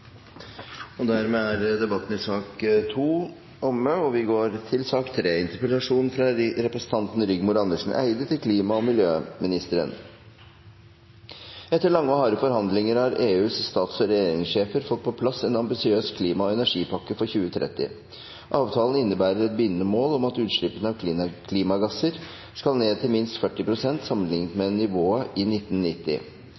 og gassproduksjon, fra transport og fra industriprosesser. Det er nødvendig å redusere disse utslippene betydelig. Bakgrunnen for at jeg meldte inn denne interpellasjonen til klimaministeren var at EUs stats- og regjeringssjefer fikk på plass en ambisiøs klima- og energipakke for 2030. Avtalen innebærer et bindende mål om at utslippene av klimagasser skal ned med minst 40 pst. sammenlignet